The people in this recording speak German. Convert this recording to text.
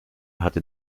hatte